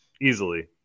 easily